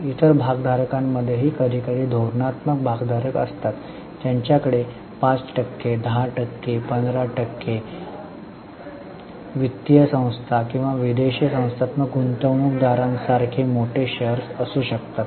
इतर भागधारकांमध्येही कधीकधी धोरणात्मक भागधारक असतात ज्यांच्याकडे 5 टक्के 10 टक्के 15 टक्के वित्तीय संस्था किंवा विदेशी संस्थात्मक गुंतवणूकदारांसारखे मोठे शेअर्स असू शकतात